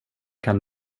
kan